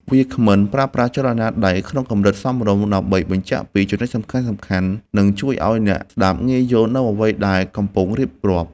វាគ្មិនប្រើប្រាស់ចលនាដៃក្នុងកម្រិតសមរម្យ ដើម្បីបញ្ជាក់ពីចំណុចសំខាន់ៗ និងជួយឱ្យអ្នកស្ដាប់ងាយយល់នូវអ្វីដែលកំពុងរៀបរាប់។